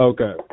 Okay